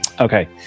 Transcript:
okay